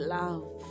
love